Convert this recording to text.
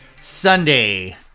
Sunday